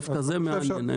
אבל דווקא זה מעניין.